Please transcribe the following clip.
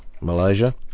Malaysia